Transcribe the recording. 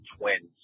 Twins